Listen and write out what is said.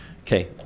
Okay